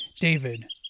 David